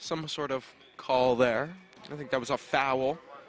some sort of call there and i think that was a foul